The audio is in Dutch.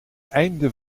einde